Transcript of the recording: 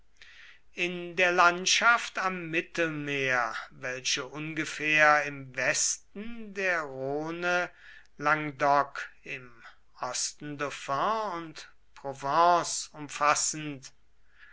in der landschaft am mittelmeer welche ungefähr im westen der rhone languedoc im osten dauphin und provence umfassend